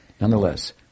nonetheless